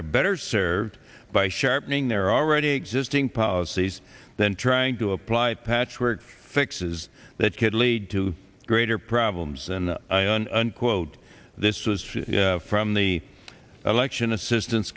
are better served by sharpening their already existing policies than trying to apply patchwork fixes that could lead to greater problems and unquote this was from the election assistance